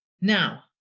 Now